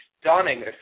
stunning